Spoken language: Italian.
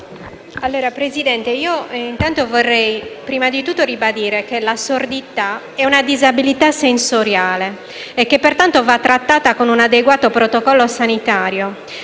Signor Presidente, vorrei innanzitutto ribadire che la sordità è una disabilità sensoriale e che pertanto va trattata con un adeguato protocollo sanitario: